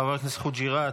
חבר הכנסת חוג'יראת,